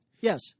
Yes